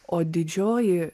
o didžioji